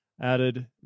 added